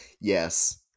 Yes